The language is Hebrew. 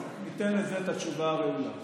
ניתן לך את התשובה הראויה.